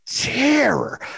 terror